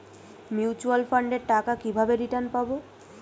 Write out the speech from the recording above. Mutual ফান্ডের টাকা কিভাবে রিটার্ন পাব?